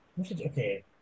Okay